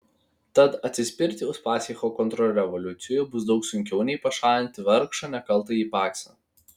tad atsispirti uspaskicho kontrrevoliucijai bus daug sunkiau nei pašalinti vargšą nekaltąjį paksą